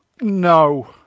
No